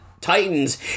Titans